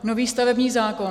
Nový stavební zákon.